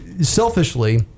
selfishly